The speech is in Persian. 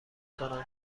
کنم